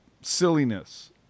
silliness